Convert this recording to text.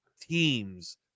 teams